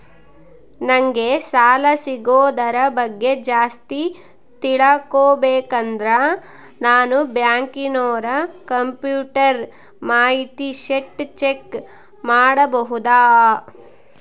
ನಂಗೆ ಸಾಲ ಸಿಗೋದರ ಬಗ್ಗೆ ಜಾಸ್ತಿ ತಿಳಕೋಬೇಕಂದ್ರ ನಾನು ಬ್ಯಾಂಕಿನೋರ ಕಂಪ್ಯೂಟರ್ ಮಾಹಿತಿ ಶೇಟ್ ಚೆಕ್ ಮಾಡಬಹುದಾ?